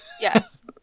Yes